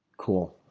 cool.